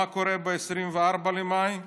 מה קורה ב-24 במאי?